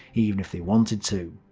even if they wanted to.